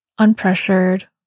unpressured